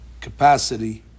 capacity